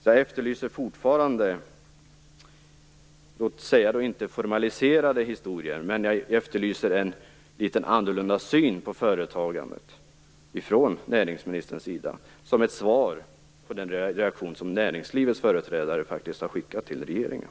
Jag efterlyser inte formaliserade historier, men jag efterlyser en litet annorlunda syn på företagandet från näringsministerns sida, som ett svar på den reaktion som näringslivets företrädare har skickat till regeringen.